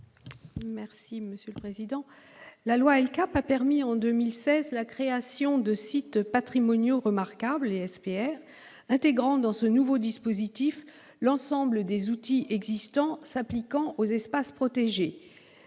patrimoine, dite « LCAP », a permis en 2016 la création des sites patrimoniaux remarquables, les SPR, intégrant dans ce nouveau dispositif l'ensemble des outils existant s'appliquant aux espaces protégés